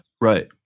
right